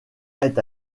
est